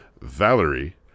Valerie